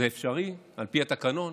זה אפשרי על פי התקנון,